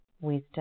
wisdom